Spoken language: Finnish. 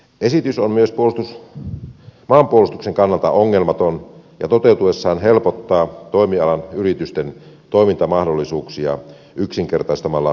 esitys on myös maanpuolustuksen kannalta ongelmaton ja toteutuessaan helpottaa toimialan yritysten toimintamahdollisuuksia yksinkertaistamalla byrokratiaa